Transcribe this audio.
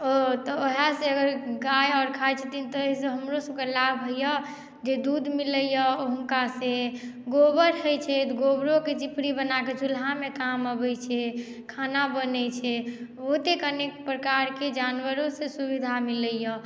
ओ तऽ वएह से गाय आर खाइ छथिन तऽ एहिसे हमरो सभकेँ लाभ होइया जे दुध मिलैया हुनका से गोबर होइ छै तऽ गोबरोके चिपड़ी बनाके चुल्हामे काम अबै छै खाना बनै छै बहुते कनि प्रकारके जानवरो से सुविधा मिलैया